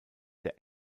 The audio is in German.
der